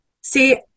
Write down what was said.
See